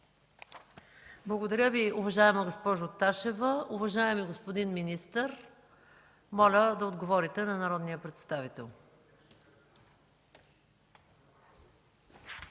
Благодаря Ви, уважаема госпожо Ташева. Уважаеми господин министър, моля да отговорите на народния представител.